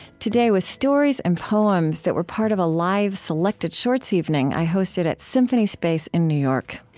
today, with stories and poems that were part of a live selected shorts evening i hosted at symphony space in new york.